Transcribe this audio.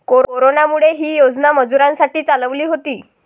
कोरोनामुळे, ही योजना मजुरांसाठी चालवली होती